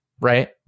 right